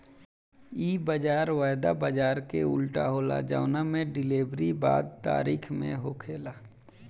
इ बाजार वायदा बाजार के उल्टा होला जवना में डिलेवरी बाद के तारीख में होखेला